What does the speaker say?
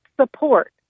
support